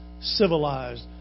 civilized